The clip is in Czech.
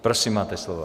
Prosím, máte slovo.